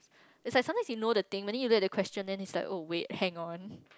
is like sometimes you know the thing but then when you look at the question is like oh wait hang on